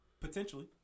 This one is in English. Potentially